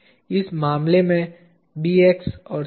इस मामले में Bx और Cx